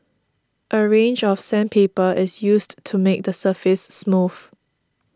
a range of sandpaper is used to make the surface smooth